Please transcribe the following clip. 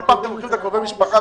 כל פעם אתם דוחים את קרובי המשפחה,